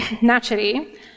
naturally